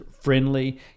friendly